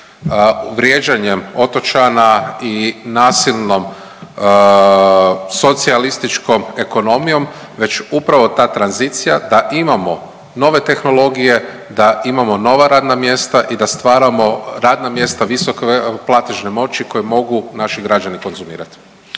vrijeđanjem otočana i nasilnom socijalističkom ekonomijom već upravo ta tranzicija da imamo nove tehnologije, da imamo nova radna mjesta i da da stvaramo radna mjesta visoke platežne moći koje mogu naši građani konzumirati.